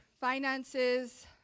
finances